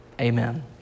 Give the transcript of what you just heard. amen